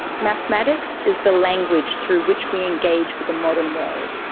mathematics is the language through which we engage with the modern world.